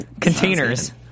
containers